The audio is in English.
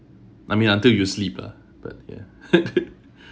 I mean until you sleep ah but ya